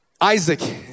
Isaac